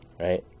right